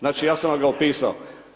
Znači ja sam vam ga opisao.